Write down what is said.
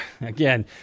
again